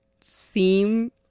seem